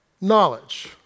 knowledge